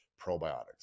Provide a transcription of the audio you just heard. probiotics